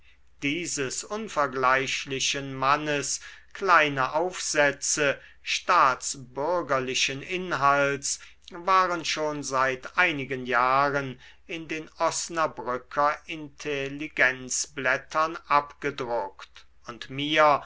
dieses unvergleichlichen mannes kleine aufsätze staatsbürgerlichen inhalts waren schon seit einigen jahren in den osnabrücker intelligenzblättern abgedruckt und mir